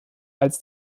als